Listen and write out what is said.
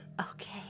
Okay